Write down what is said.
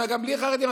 ואומר: בלי חרדים,